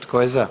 Tko je za?